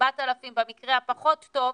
4,000 במקרה הפחות טוב,